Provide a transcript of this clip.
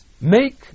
Make